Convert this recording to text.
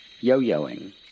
yo-yoing